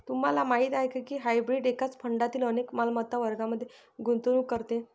तुम्हाला माहीत आहे का की हायब्रीड एकाच फंडातील अनेक मालमत्ता वर्गांमध्ये गुंतवणूक करते?